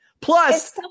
Plus